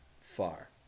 far